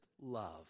love